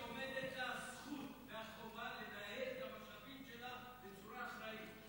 עומדת לה הזכות לנהל את המשאבים שלה בצורה אחראית.